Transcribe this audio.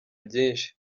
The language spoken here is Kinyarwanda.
byinshi